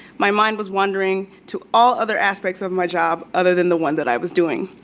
my mind was wandering to all other aspects of my job, other than the one that i was doing.